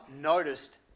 noticed